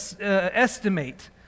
estimate